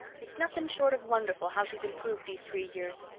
it's nothing short of wonderful how she's improved these three years,